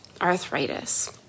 arthritis